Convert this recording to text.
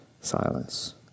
silence